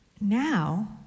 Now